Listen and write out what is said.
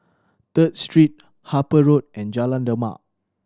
Third Street Harper Road and Jalan Demak